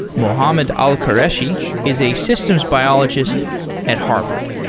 mohammed alquraishi is a systems biologist at harvard.